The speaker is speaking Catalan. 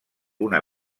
una